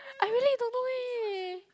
I really don't know eh